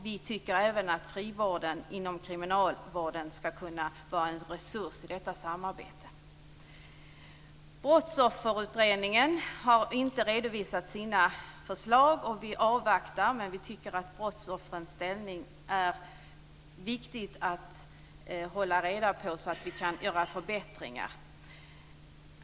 Vi tycker även att frivården inom kriminalvården skall kunna vara en resurs i detta samarbete. Brottsofferutredningen har inte redovisat sina förslag. Vi avvaktar, men vi tycker att brottsoffrens ställning är något som det är viktigt att hålla reda på så att vi kan göra förbättringar.